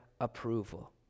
approval